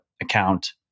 account